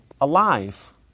alive